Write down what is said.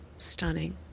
Stunning